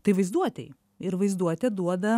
tai vaizduotėj ir vaizduotė duoda